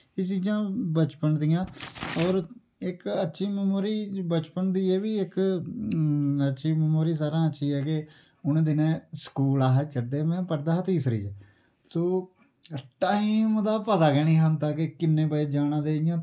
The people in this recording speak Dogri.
एह् चीजां बचपन दि'यां और और इक अच्छी मैमोरी बचपन दी एह् बी इक अच्छी मैमोरी सारें हां अच्छी ऐ के उ'नैं दिनैं स्कूल अस चढ़दे हे मैं पढ़दा हा तीसरी च तो टाइम दा पता गै निं हा होंदा के किन्ने बजे जाना ते इयां